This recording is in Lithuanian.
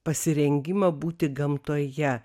pasirengimą būti gamtoje